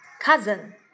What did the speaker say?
cousin